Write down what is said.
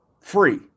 Free